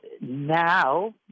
Now